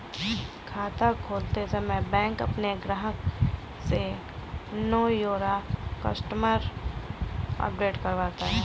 खाता खोलते समय बैंक अपने ग्राहक से नो योर कस्टमर अपडेट करवाता है